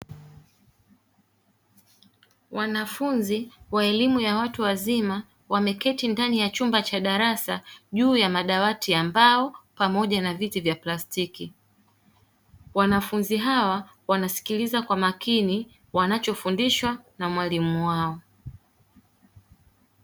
Wanafunzi wa elimu ya watu wazima wameketi ndani ya chumba cha darasa juu ya madawati ya mbao pamoja na viti vya plastiki, wanafunzi hawa wanasikiliza kwa makini wanachofundishwa na mwalimu wao.